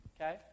Okay